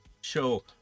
Show